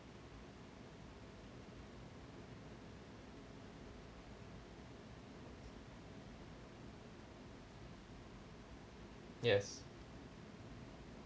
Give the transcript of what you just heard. yes